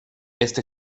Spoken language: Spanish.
este